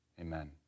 Amen